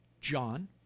John